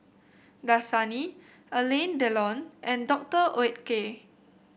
Dasani Alain Delon and Doctor Oetker